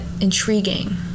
intriguing